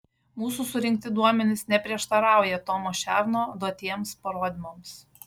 mūsų surinkti duomenys neprieštarauja tomo šerno duotiems parodymams